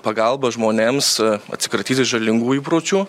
pagalba žmonėms atsikratyti žalingų įpročių